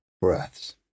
breaths